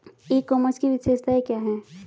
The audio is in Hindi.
ई कॉमर्स की विशेषताएं क्या हैं?